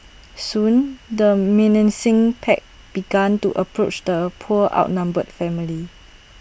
soon the menacing pack began to approach the poor outnumbered family